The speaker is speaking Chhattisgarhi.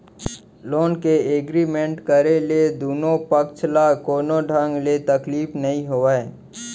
लोन के एगरिमेंट करे ले दुनो पक्छ ल कोनो ढंग ले तकलीफ नइ होवय